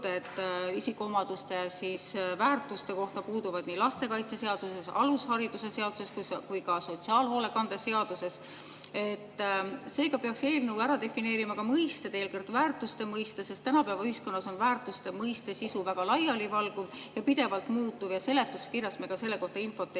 isikuomaduste ja väärtuste kohta puuduvad nii lastekaitseseaduses, alushariduse seaduses kui ka sotsiaalhoolekande seaduses. Seega peaks eelnõu ära defineerima ka mõisted, eelkõige väärtuste mõiste, sest tänapäeva ühiskonnas on väärtuste mõiste sisu väga laialivalguv ja pidevalt muutuv. Ka seletuskirjast me selle kohta infot ei leia.